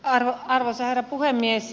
arvoisa herra puhemies